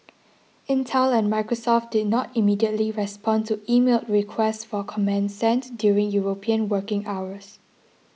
Intel and Microsoft did not immediately respond to emailed requests for comment sent during European working hours